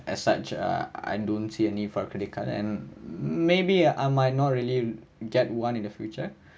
as such uh I don't see a need for a credit card and maybe I might not really get one in the future